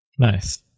Nice